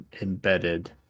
embedded